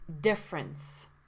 difference